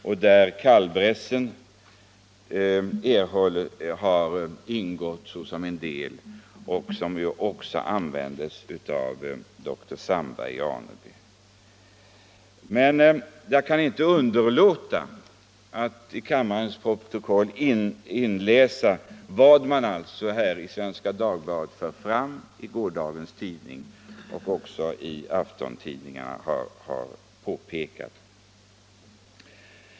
Detta preparat framställs ur kalvbräss som också används av doktor Sandberg i Aneby. Jag kan inte underlåta att till kammarens protokoll läsa in en del av vad som stod att läsa i en artikel i Svenska Dagbladet i går och vad också aftontidningarna har påpekat.